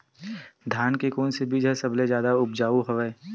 धान के कोन से बीज ह सबले जादा ऊपजाऊ हवय?